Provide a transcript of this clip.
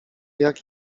jak